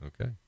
Okay